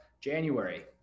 January